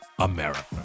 America